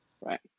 Right